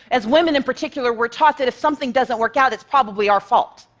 as women in particular, we're taught that if something doesn't work out, it's probably our fault.